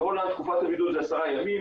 בהולנד תקופת הבידוד זה עשרה ימים,